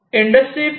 industry 4